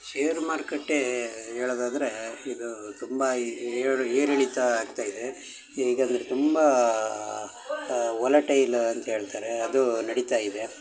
share ಮಾರುಕಟ್ಟೆ ಹೇಳೊದಾದ್ರೇ ಇದು ತುಂಬ ಏಳು ಏರು ಇಳಿತ ಆಗ್ತಾಯಿದೆ ಈಗಂದರೆ ತುಂಬ ಒಲಟೈಲ್ ಅಂತ ಹೇಳ್ತಾರೆ ಅದು ನಡೀತಾ ಇದೆ